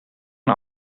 een